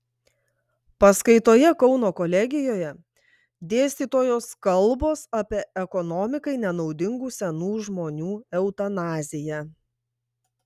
paskaitoje kauno kolegijoje dėstytojos kalbos apie ekonomikai nenaudingų senų žmonių eutanaziją